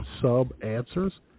sub-answers